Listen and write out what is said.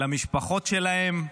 למשפחות שלהן,